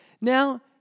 Now